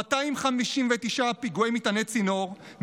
259 פיגועי מטעני צינור,